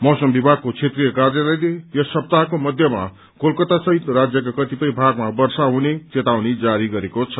मौसम विभागको क्षेत्रीय क्वर्यालयले यस सप्ताहको मध्यमा कलकता सहित राज्यका क्रतिपय भागमा वर्षा हुने चेतावनी जारी गरेको छ